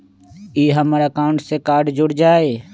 ई हमर अकाउंट से कार्ड जुर जाई?